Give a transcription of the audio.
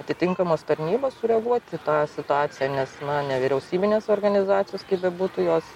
atitinkamos tarnybos sureaguotų į tą situaciją nes na nevyriausybinės organizacijos kaip bebūtų jos